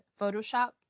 Photoshop